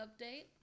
update